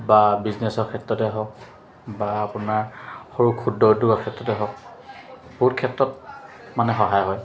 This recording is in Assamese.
বা বিজনেছৰ ক্ষেত্ৰতে হওক বা আপোনাৰ সৰু ক্ষুদ্ৰ উদ্যোগৰ ক্ষেত্ৰতে হওক বহুত ক্ষেত্ৰত মানে সহায় হয়